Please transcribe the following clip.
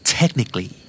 Technically